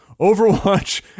Overwatch